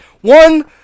One